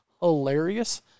hilarious